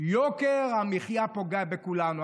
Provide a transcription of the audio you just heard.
יוקר המחיה פוגע בכולנו.